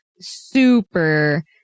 super